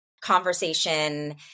conversation